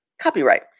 copyright